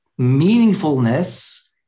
meaningfulness